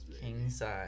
King-size